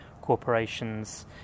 corporations